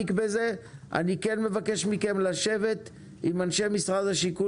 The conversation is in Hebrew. אני מבקש מכם לשבת עם אנשי משרד השיכון